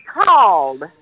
called